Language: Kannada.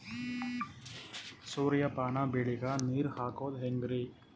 ಸೂರ್ಯಪಾನ ಬೆಳಿಗ ನೀರ್ ಹಾಕೋದ ಹೆಂಗರಿ?